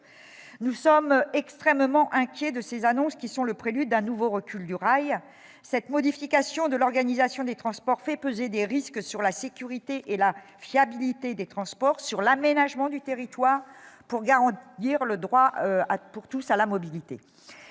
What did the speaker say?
Nous sommes extrêmement inquiets de ces annonces qui sont le prélude d'un nouveau recul du rail. Cette modification de l'organisation des transports fait peser des risques sur la sécurité et la fiabilité des transports, sur un aménagement du territoire qui garantisse le droit de tous à la mobilité.